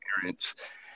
parents